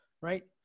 right